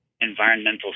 environmental